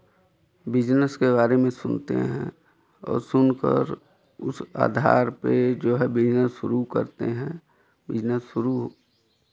business के बारे में सुनते हैं और सुनकर उस आधार पे जो है बिज़नेस शुरू करते हैं बिज़नेस शुरू